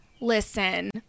listen